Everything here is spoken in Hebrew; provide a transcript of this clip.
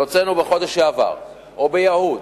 והוצאנו בחודש שעבר, או ביהוד,